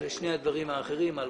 לשני הדברים האחרים מכון